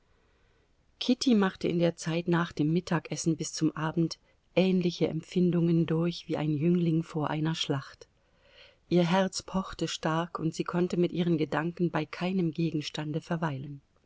kitty machte in der zeit nach dem mittagessen bis zum abend ähnliche empfindungen durch wie ein jüngling vor einer schlacht ihr herz pochte stark und sie konnte mit ihren gedanken bei keinem gegenstande verweilen